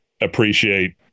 appreciate